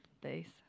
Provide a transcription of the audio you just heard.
base